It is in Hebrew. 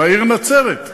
בעיר נצרת,